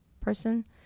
person